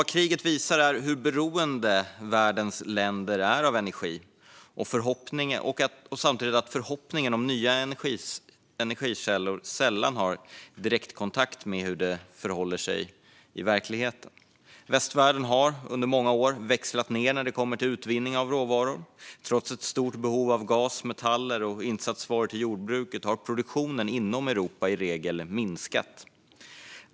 Vad kriget visar är hur beroende världens länder är av energi och samtidigt att förhoppningarna om nya energikällor sällan har direktkontakt med hur det förhåller sig i verkligheten. Västvärlden har under många år växlat ned när det kommer till utvinning av råvaror. Trots ett stort behov av gas, metaller och insatsvaror till jordbruket har produktionen inom Europa i regel minskat.